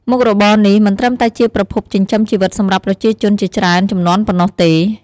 មុខរបរនេះមិនត្រឹមតែជាប្រភពចិញ្ចឹមជីវិតសម្រាប់ប្រជាជនជាច្រើនជំនាន់ប៉ុណ្ណោះទេ។